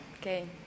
Okay